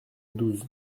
douze